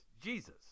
Jesus